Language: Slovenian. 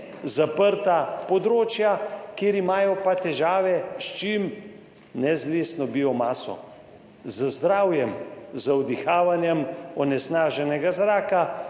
zaprta področja, kjer imajo pa težave s čim? Ne z lesno biomaso, z zdravjem, z vdihavanjem onesnaženega zraka.